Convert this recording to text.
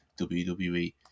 WWE